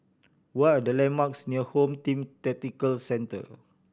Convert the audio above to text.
what are the landmarks near Home Team Tactical Centre